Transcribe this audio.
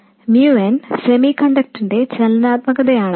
ഞാൻ പറഞ്ഞതുപോലെ mu n എന്നത് സെമികണ്ടക്ടറിന്റെ ചലനാത്മകതയാണ്